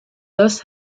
thus